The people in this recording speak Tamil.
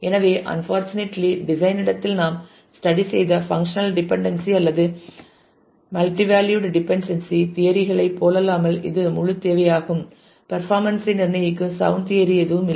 எனவே unfortunately டிசைன் இடத்தில் நாம் ஸ்டடி செய்த பங்க்ஷனல் டிப்பெனடன்ஸி அல்லது மல்டிவேலியுட் டிப்பெனடன்ஸி தியரி களைப் போலல்லாமல் இது முழுத் தேவையாகும் பர்ஃபாமென்ஸ் ஐ நிர்ணயிக்கும் சவுண்ட் தியரி எதுவும் இல்லை